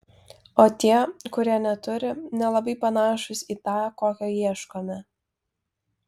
o tie kurie neturi nelabai panašūs į tą kokio ieškome